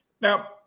Now